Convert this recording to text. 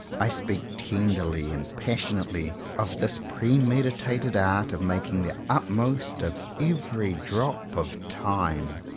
i speak tenderly and passionately of this premeditated art of making the utmost of every drop of time.